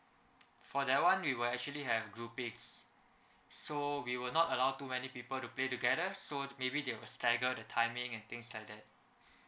for that [one] we will actually have groupings so we will not allow too many people to play together so maybe they will stagger the timing and things like that